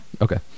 Okay